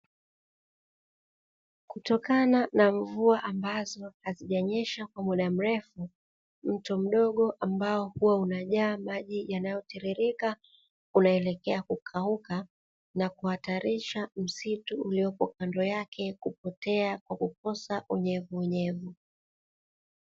Kutokana na mvua ambazo hazijanyesha kwa kuda mrefu, mto mdogo ambao huwa unajaa maji yanayotiririka unaelekea kukauka, na kuhatarisha msitu uliopo kando yake kupotea kwa kukosa unyevuunyevu.